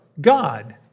God